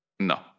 No